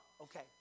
okay